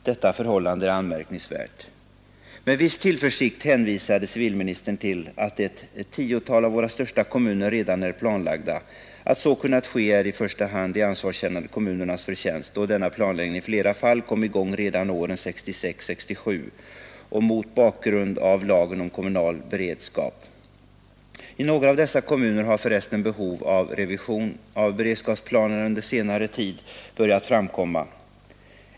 Detta förhållande är anmärkningsvärt. Med viss tillförsikt hänvisade civilministern till att ett tiotal av våra största kommuner redan är planlagda. Att så kunnat ske är i första hand de ansvarskännande kommunernas förtjänst, då denna planläggning i flera fall kom i gång redan åren 1966 och 1967 mot bakgrund av lagen om kommunal beredskap. I några av dessa kommuner har för resten behov av revision av beredskapsplanerna under senare tid börjat framkomma.